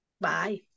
Bye